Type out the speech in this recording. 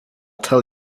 tell